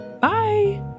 Bye